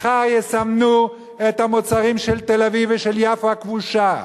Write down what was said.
מחר יסמנו את המוצרים של תל-אביב ושל יפו הכבושה.